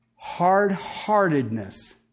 hard-heartedness